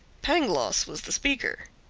pangloss was the speaker.